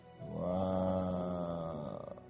Wow